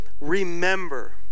remember